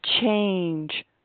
change